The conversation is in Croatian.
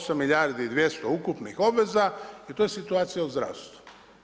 8 milijardi i 200 ukupnih obveza i to je situacija u zdravstvu.